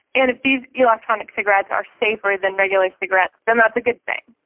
and if these electronic cigarettes are safer than regular cigarettes then that's a good thing.